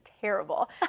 terrible